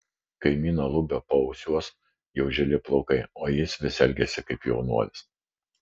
kaimyno lubio paausiuos jau žili plaukai o jis vis elgiasi kaip jaunuolis